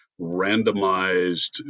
randomized